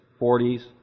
40s